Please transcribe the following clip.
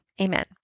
Amen